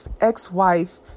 ex-wife